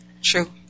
True